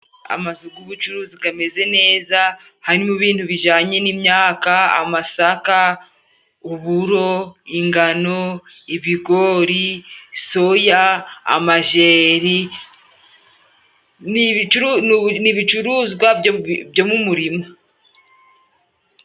Amazu g'ubucuruzi gameze neza harimo ibintu bijanye n'imyaka: amasaka, uburo, ingano, ibigori, soya, amajeri ni ibicuruzwa byo mu murima.